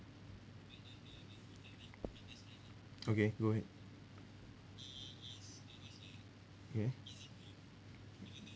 okay go ahead okay